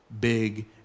big